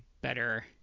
better